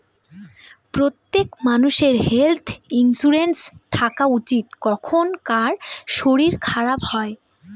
প্রত্যেক মানষের health insurance থাকা উচিত, কখন কার শরীর খারাপ হয়